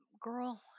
girl